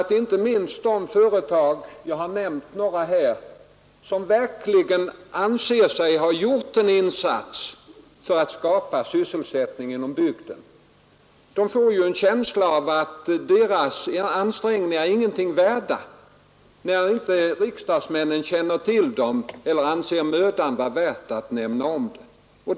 Ty inte minst de företag — jag har nämnt några här — som verkligen anser sig ha gjort en insats för att skapa sysselsättning inom bygden får ju en känsla av att deras ansträngningar inte är någonting värda. när inte riksdagsmännen känner till dem eller anser det mödan vi oc os ömna dem.